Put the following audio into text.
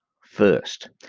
first